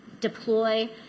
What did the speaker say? deploy